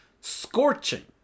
scorching